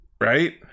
Right